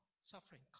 suffering